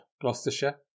Gloucestershire